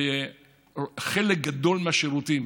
וחלק גדול מהשירותים